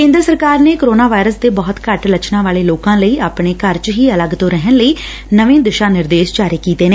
ਕੇਦਰ ਸਰਕਾਰ ਨੇ ਕੋਰੋਨਾ ਵਾਇਰਸ ਦੇ ਬਹੁਤ ਘੱਟ ਲੱਛਣਾ ਵਾਲੇ ਲੋਕਾ ਲਈ ਆਪਣੇ ਘਰ ਚ ਹੀ ਅਲੱਗ ਤੋ ਰਹਿਣ ਲਈ ਨਵੇ ਦਿਸ਼ਾ ਨਿਰਦੇਸ਼ ਜਾਰੀ ਕੀਤੇ ਨੇ